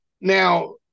now